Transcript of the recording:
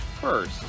first